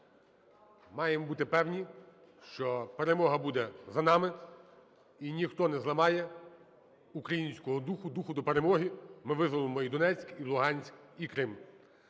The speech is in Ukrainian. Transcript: маємо бути певні, що перемога буде за нами і ніхто не зламає українського духу, духу до перемоги. Ми визволимо і Донецьк, і Луганськ, і Крим.